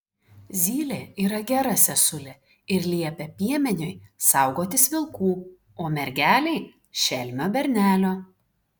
zylė yra gera sesulė ir liepia piemeniui saugotis vilkų o mergelei šelmio bernelio